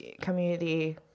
community